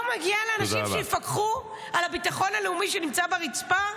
לא מגיע לאנשים שיפקחו על הביטחון הלאומי שנמצא ברצפה?